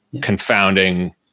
confounding